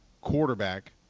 quarterback